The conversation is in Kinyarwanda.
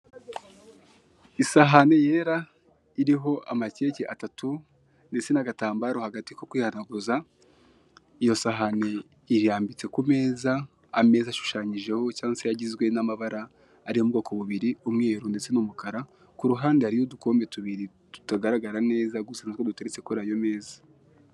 Isahane yera iriho amakeke atatu ndetse n'agatambaro hagati ko kwihanaguza, iyo sahane irambitse ku meza. Ameza ashushanyijeho cyangwa se agizwe n'amabara ari mu bwoko bubiri, umweru ndetse n'umukara. Ku ruhande hariho udukombe tubiri tutagaragara neza gusa natwo duteretse kuri ayo meza.